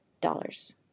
dollars